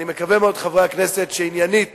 אני מקווה מאוד, חברי הכנסת, שעניינית